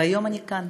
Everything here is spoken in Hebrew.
והיום אני כאן,